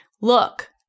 look